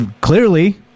Clearly